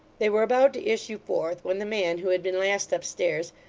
they were about to issue forth, when the man who had been last upstairs,